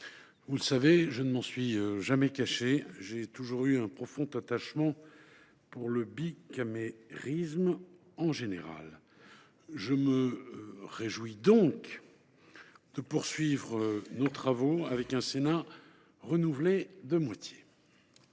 Vous le savez, je ne m’en suis jamais caché, j’ai toujours nourri un profond attachement pour le bicamérisme. Je me réjouis donc de poursuivre nos travaux avec un Sénat renouvelé de moitié.